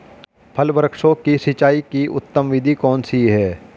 फल वृक्षों की सिंचाई की उत्तम विधि कौन सी है?